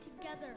together